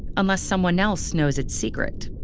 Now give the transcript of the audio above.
unless someone else knows its secret.